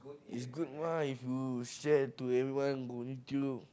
is good lah if you share to everyone going through